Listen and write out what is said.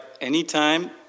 Anytime